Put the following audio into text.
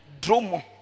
Dromo